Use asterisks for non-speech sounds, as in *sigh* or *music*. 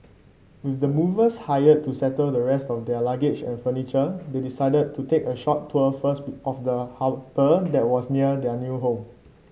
with the movers hired to settle the rest of their luggage and furniture they decided to take a short tour first *unintelligible* of the harbour that was near their new home